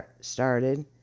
started